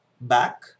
back